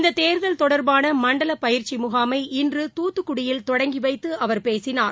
இந்ததேர்தல் தொடர்பானமண்டலபயிற்சிமுகாமை இன்றுதாத்துக்குடியில் தொடங்கிவைத்துஅவர் பேசினார்